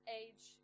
age